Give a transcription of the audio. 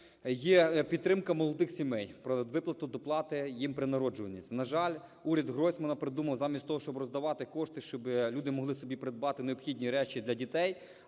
є підтримка молодих сімей, про виплату доплати їм при народженні. На жаль, уряд Гройсмана придумав замість того, щоб роздавати кошти, щоб люди могли собі придбати необхідні речі для дітей,